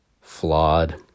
flawed